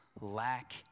lack